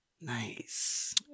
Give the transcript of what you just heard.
Nice